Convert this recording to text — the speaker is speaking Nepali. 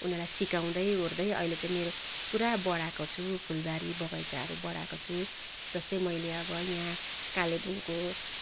उनीहरूलाई सिकाउँदै ओर्दै अहिले चाहिँ मेरो पुरा बढाएको छु फुलबारी बगैँचाहरू बढाएको छु जस्तै मैले अब यहाँ कालेबुङको